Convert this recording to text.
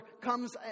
comes